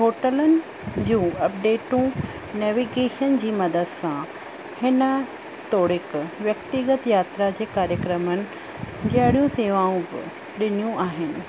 होटलुनि जूं अपडेटूं नेविगेशन जी मदद सां हिन तौणिक व्यक्तिगत यात्रा जे कार्यक्रमनि जहिड़ियूं सेवाऊं ॾिनियूं आहिनि